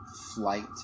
flight